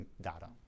data